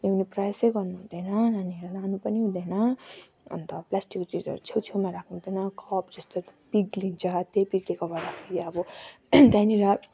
ल्याउने प्रयासै गर्नु हुँदैन नानीहरूलाई लानु पनि हुँदैन अन्त प्लास्टिकको चिजहरू छेउ छेउमा राख्नु हुँदैन कप जस्तो पिघ्लन्छ त्यही पिघ्लेकोबाट अब त्यहीँनेर